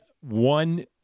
one